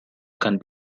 can